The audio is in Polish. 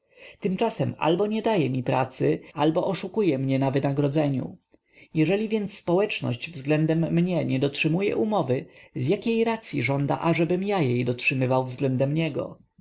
tymczasem albo nie daje mi pracy albo oszukuje mnie na wynagrodzeniu jeżeli więc społeczność względem mnie nie dotrzymuje umowy z jakiej racyi żąda abym ja jej dotrzymywał względem niego